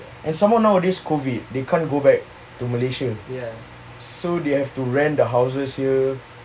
and some more nowadays COVID they can't go back to malaysia so they have to rent the houses here